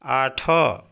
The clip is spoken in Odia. ଆଠ